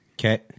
Okay